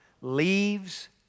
leaves